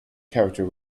character